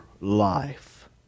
life